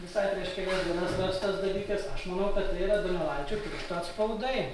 visai prieš kelias dienas rastas dalykas aš manau kad yra donelaičio pirštų atspaudai